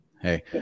Hey